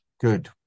good